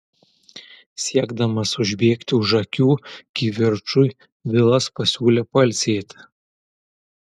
siekdamas užbėgti už akių kivirčui vilas pasiūlė pailsėti